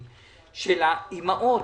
נמצאים, שאימהות,